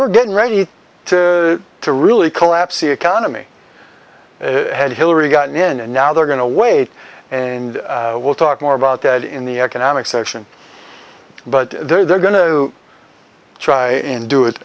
were getting ready to to really collapse the economy had hillary gotten in and now they're going to wait and we'll talk more about that in the economic section but they're going to try and do it